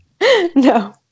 No